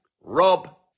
Rob